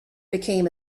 became